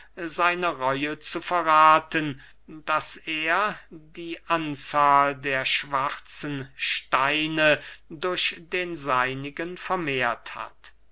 seine reue zu verrathen daß er die anzahl der schwarzen steine durch den seinigen vermehrt hat